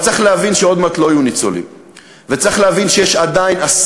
אבל צריך להבין שעוד מעט לא יהיו ניצולים,